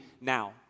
now